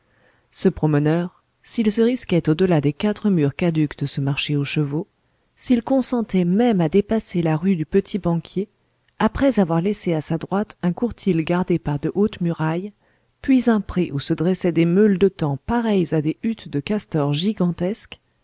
ce promeneur s'il se risquait au delà des quatre murs caducs de ce marché aux chevaux s'il consentait même à dépasser la rue du petit-banquier après avoir laissé à sa droite un courtil gardé par de hautes murailles puis un pré où se dressaient des meules de tan pareilles à des huttes de castors gigantesques